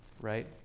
right